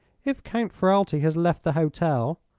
if count ferralti has left the hotel,